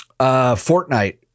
Fortnite